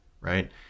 Right